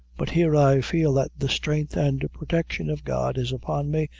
but here i feel that the strength and protection of god is upon me,